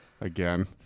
Again